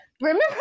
Remember